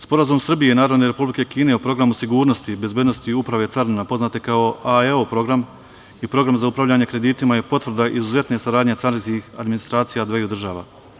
Sporazum Srbije i Narodne Republike Kine o programu sigurnosti i bezbednosti Uprave carina, poznate kao AEO program i program za upravljanje kreditima je potvrda izuzetne saradnje carinskih administracija dveju država.